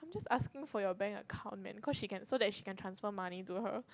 I'm just asking for your bank account man cause she can so that she can transfer money to her